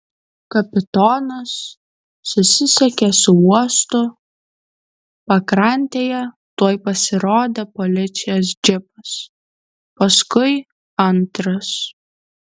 kapitonas susisiekė su uostu pakrantėje tuoj pasirodė policijos džipas paskui antras